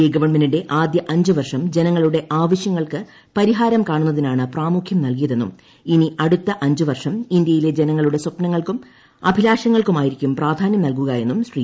A ഗവൺമെന്റിന്റെ ആദ്യ അഞ്ച് വർഷം ജനങ്ങളുടെ ആവശ്യങ്ങൾക്ക് പരിഹാരം കാണുന്നതിനാണ് പ്രാമുഖ്യം നൽകിയത് എന്നും ഇനി അടുത്ത അഞ്ച് വർഷം ഇന്തൃയിലെ ജനങ്ങളുടെ സ്വപ്നങ്ങൾക്കും അഭിലാഷങ്ങൾക്കുമായിരിക്കും പ്രാധാന്യം നൽകുക എന്നും ശ്രീ